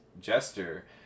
Jester